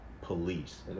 police